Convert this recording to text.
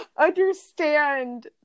understand